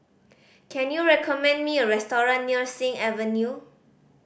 can you recommend me a restaurant near Sing Avenue